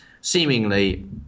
seemingly